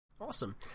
Awesome